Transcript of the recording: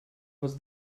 was